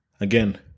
again